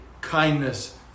kindness